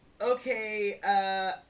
okay